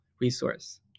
resource